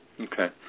Okay